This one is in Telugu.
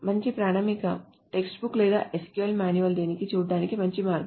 మంచి ప్రామాణిక టెక్స్ట్ బుక్ లేదా SQL మాన్యువల్ దీనిని చూడటానికి మంచి మార్గం